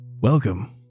Welcome